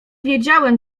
wiedziałem